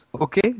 Okay